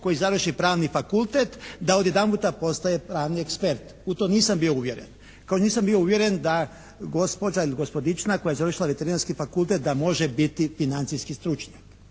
koji završi Pravni fakultet da odjedanputa postaje pravni ekspert. U to nisam bio uvjeren. Kao i nisam bio uvjeren da gospođa ili gospodična koja je završila Veterinarski fakultet da može biti financijski stručnjak.